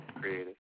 Creative